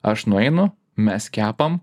aš nueinu mes kepam